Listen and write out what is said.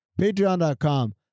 Patreon.com